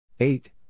Eight